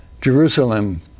Jerusalem